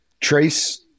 Trace